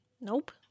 nope